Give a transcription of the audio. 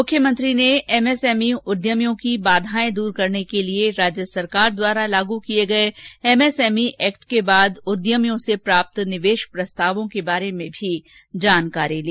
मुख्यमंत्री ने एसएसएमई उद्यमियों की बाधाएं दूर करने के लिए राज्य सरकार द्वारा लागू किए गए एमएसएमई एक्ट के बाद उद्यमियों से प्राप्त निवेश प्रस्तावों के बारे में भी जानकारी ली